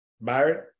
Byron